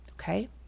Okay